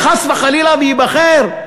וחס וחלילה ייבחר,